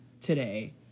today